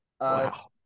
Wow